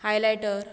highlighter